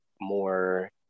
more